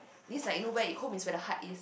this like where you hope is where the heart is